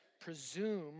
presume